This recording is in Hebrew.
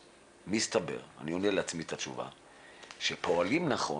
מסתבר, אני עונה לעצמי את התשובה, שכשפועלים נכון